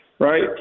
Right